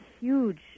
huge